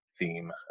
theme